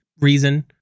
reason